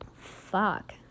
fuck